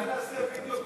אולי נעשה וידיאו